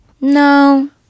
no